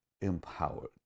empowered